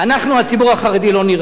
אנחנו, הציבור החרדי, לא נירתע.